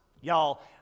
Y'all